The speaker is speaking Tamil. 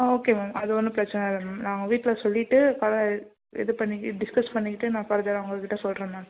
ஓ ஓகே மேம் அது ஒன்றும் பிரச்சனை இல்லை மேம் நான் எங்கள் வீட்டில் சொல்லிட்டு இது பண்ணிக்க டிஸ்கஸ் பண்ணிக்கிட்டு நான் ஃபர்தராக உங்கக்கிட்ட சொல்கிறேன் மேம்